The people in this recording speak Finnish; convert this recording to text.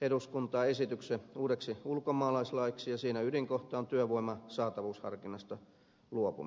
eduskuntaan esityksen uudeksi ulkomaalaislaiksi ja siinä ydinkohta on työvoiman saatavuusharkinnasta luopuminen